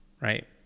right